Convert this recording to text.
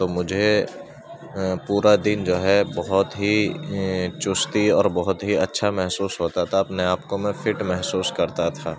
تو مجھے پورا دن جو ہے بہت ہی چستی اور بہت ہی اچھا محسوس ہوتا تھا اپنے آپ کو میں فٹ محسوس کرتا تھا